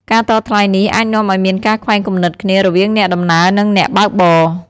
ការតថ្លៃនេះអាចនាំឱ្យមានការខ្វែងគំនិតគ្នារវាងអ្នកដំណើរនិងអ្នកបើកបរ។